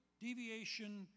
deviation